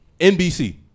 NBC